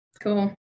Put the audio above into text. Cool